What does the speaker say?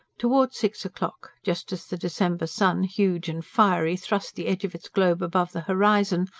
towards six o'clock, just as the december sun, huge and fiery, thrust the edge of its globe above the horizon,